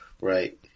Right